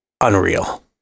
unreal